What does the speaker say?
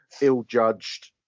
ill-judged